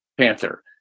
panther